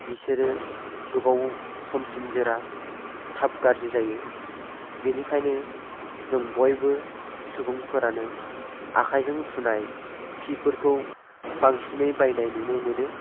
बिसोरो गोबाव समसिम जोरा थाब गाज्रि जायो बेनिखायनो जों बयबो सुबुंफोरानो आखाइजों सुनाय सिफोरखौ बांसिनै बायनाय नुनो मोनो